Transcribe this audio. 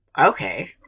Okay